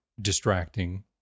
distracting